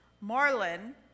Marlin